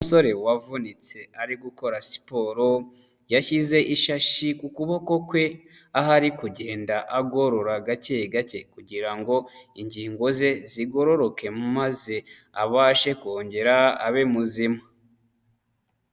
Umusore wavunitse ari gukora siporo, yashyize ishashi ku kuboko kwe, aho ari kugenda agorora gake gake kugira ngo ingingo ze zigororoke maze abashe kongera abe muzima.